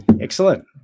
Excellent